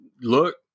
look